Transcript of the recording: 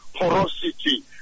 porosity